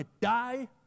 die